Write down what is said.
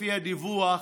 לפי הדיווח,